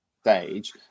stage